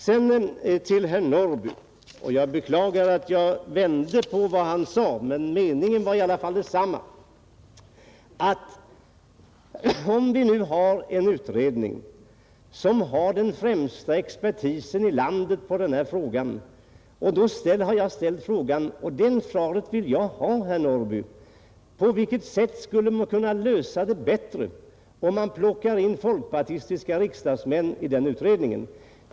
Så några ord till herr Norrby. Jag beklagar att jag vände på vad herr Norrby sade. Men meningen var i alla fall densamma. När vi nu har en utredning med landets främsta expertis i dessa hänseenden, så har jag frågat, och jag vill ha svar på den frågan, herr Norrby: På vilket sätt skulle man kunna lösa denna fråga bättre om man plockade in folkpartistiska riksdagsmän i utredningen?